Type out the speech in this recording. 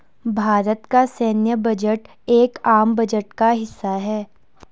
भारत का सैन्य बजट एक आम बजट का हिस्सा है